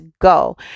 go